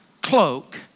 cloak